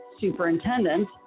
superintendent